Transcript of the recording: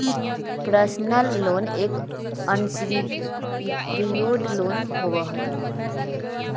personal loan एक unsecured loan होबा हई